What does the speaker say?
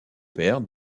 père